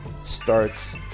starts